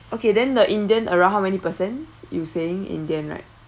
okay then the indian around many persons you saying indian right